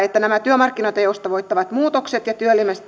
että nämä työmarkkinoita joustavoittavat muutokset ja